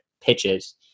pitches